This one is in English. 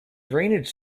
drainage